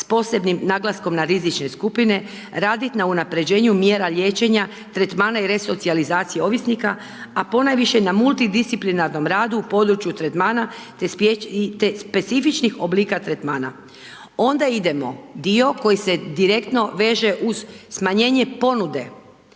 s posebnim naglaskom na rizične skupine, raditi na unaprijeđenu mjera liječenja, tretmana i resocijalizaciji ovisnika, a ponajviše na multidisciplinarnom radu u području tretmana, te specifičnih oblika tretmana. Onda idemo dio koji se direktno veže uz smanjenje ponude,